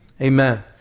Amen